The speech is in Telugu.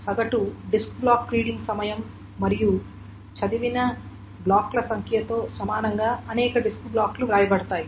సగటు డిస్క్ బ్లాక్ రీడింగ్ సమయం మరియు చదివిన బ్లాక్ల సంఖ్యతో సమానంగా అనేక డిస్క్ బ్లాక్లు వ్రాయబడతాయి